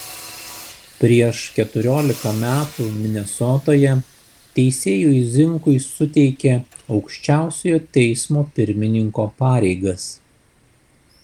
prieš keturiolika metų minesotoje teisėjui zinkui suteikė aukščiausiojo teismo pirmininko pareigas